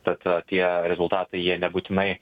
tad tie rezultatai jie nebūtinai